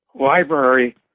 library